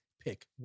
pick